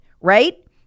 right